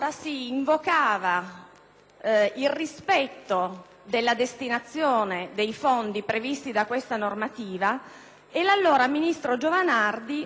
il rispetto della destinazione dei fondi previsti da tale normativa. Il ministro Giovanardi rispose che